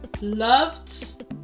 loved